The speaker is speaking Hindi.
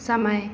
समय